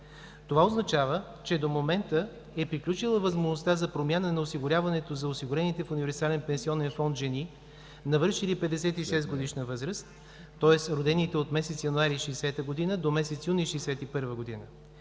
Това означава, че до момента е приключила възможността за промяна на осигуряването за осигурените в универсален пенсионен фонд жени, навършили 56 годишна възраст, тоест родените от месец януари 1960 г. до месец юни 1961 г.